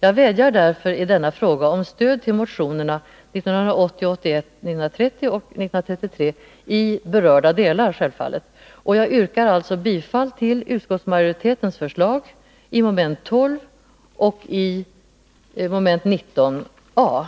Jag vädjar därför i denna fråga om stöd för motionerna 1980/81:1930 och 1933 i berörda delar och yrkar alltså bifall till utskottsmajoritetens förslag i mom. 12 och 19 a.